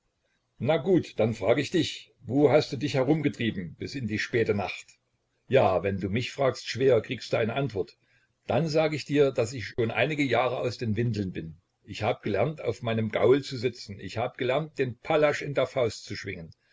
na gut dann frag ich dich wo hast du dich herumgetrieben bis in die späte nacht ja wenn du mich fragst schwäher kriegst du eine antwort dann sag ich dir daß ich schon einige jahre aus den windeln bin ich hab gelernt auf meinem gaul zu sitzen ich hab gelernt den pallasch in der faust zu schwingen